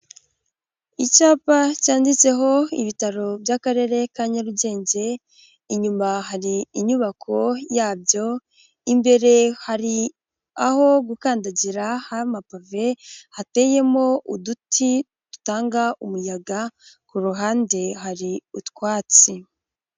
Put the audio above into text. Icyapa cyanditseho ibitaro by'akarere ka Nyarugenge, inyuma hari inyubako yabyo, imbere hari aho gukandagira h'amapave hateyemo uduti dutanga umuyaga, ku ruhande hari utwatsi.